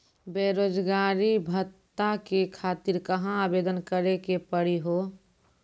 बेरोजगारी भत्ता के खातिर कहां आवेदन भरे के पड़ी हो?